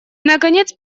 наконец